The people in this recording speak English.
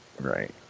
right